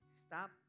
Stop